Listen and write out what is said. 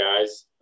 guys